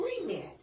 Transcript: agreement